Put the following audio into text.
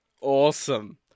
Awesome